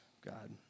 God